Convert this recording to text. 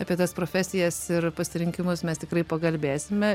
apie tas profesijas ir pasirinkimus mes tikrai pakalbėsime